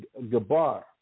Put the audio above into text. Gabar